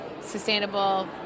sustainable